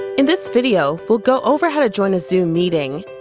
in this video we'll go over how to join a zoom meeting.